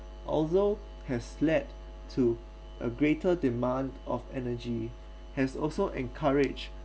although has led to a greater demand of energy has also encouraged